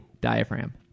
diaphragm